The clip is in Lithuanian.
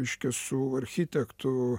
reiškia su architektu